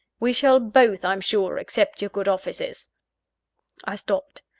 we shall both, i am sure, accept your good offices i stopped.